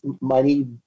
money